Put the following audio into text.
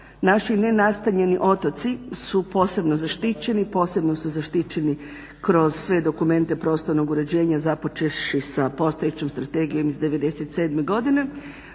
naši nenastanjeni otoci su posebno zaštićeni, posebno su zaštićeni kroz sve dokumente prostornog uređenja započevši sa postojećom strategijom iz '97. godine.